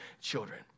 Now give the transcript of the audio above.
children